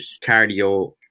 cardio